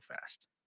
fast